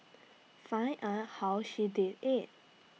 find out how she did IT